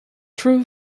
true